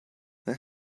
that